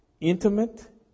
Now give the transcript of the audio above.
intimate